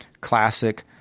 classic